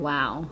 Wow